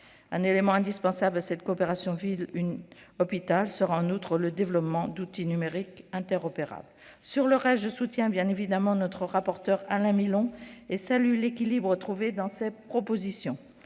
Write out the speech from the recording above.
Un élément indispensable à cette coopération entre médecine de ville et hôpital sera en outre le développement d'outils numériques interopérables. Pour le reste, je soutiens évidemment notre rapporteur Alain Milon et salue l'équilibre trouvé dans ses propositions.